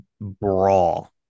Brawl